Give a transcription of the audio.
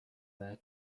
there